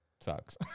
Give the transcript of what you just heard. sucks